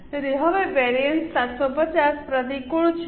તેથી હવે વેરિએન્સ 750 પ્રતિકૂળ છે